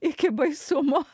iki baisumo